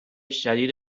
شدید